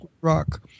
rock